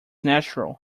natural